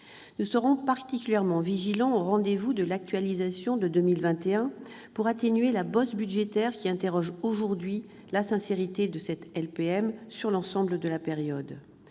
Nous serons particulièrement vigilants lors du rendez-vous de l'actualisation de 2021 pour atténuer la « bosse » budgétaire, qui pose aujourd'hui la question de la sincérité de cette LPM sur l'ensemble de la période.